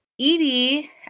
Edie